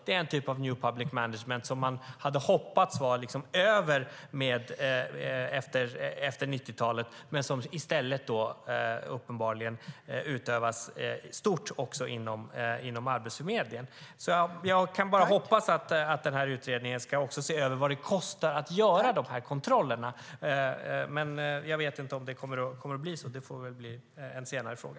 Det är en typ av New Public Management som jag hade hoppats var över efter 90-talet men som uppenbarligen utövas stort också inom Arbetsförmedlingen. Jag kan bara hoppas att utredningen också ska se över vad det kostar att göra de här kontrollerna, men jag vet inte om det kommer att bli så. Det får väl bli en senare fråga.